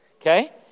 Okay